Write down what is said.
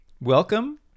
welcome